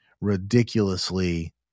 ridiculously